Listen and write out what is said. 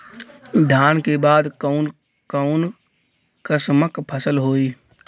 धान के बाद कऊन कसमक फसल होई?